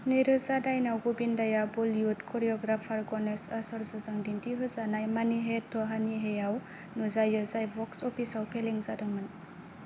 नैरोजा दाइन आव गविंदाया ब'लीवुड कोरियोग्राफार गणेश आचार्यजों दिन्थि होजानाय 'मनी है तो हनी है' आव नुजायो जाय बक्स अफिसाव फेलें जादोंमोन